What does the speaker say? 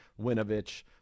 Winovich